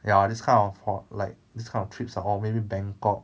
ya this kind of ho~ like this kind of trips ah or maybe bangkok